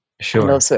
sure